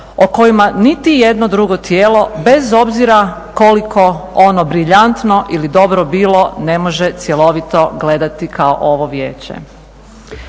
o kojima niti jedno drugo tijelo bez obzira koliko ono briljantno ili dobro bilo ne može cjelovito gledati kao ovo vijeće.